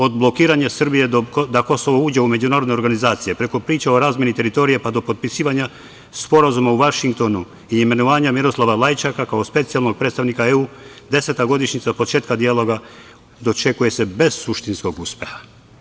Od blokiranja Srbije da Kosovo uđe u međunarodne organizacije, preko priča o razmeni teritorije, pa do potpisivanja sporazuma u Vašingtonu i imenovanja Miroslava Lajčaka kao specijalnog predstavnika EU, deseta godišnjica od početka dijaloga dočekuje se bez suštinskog uspeha.